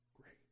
great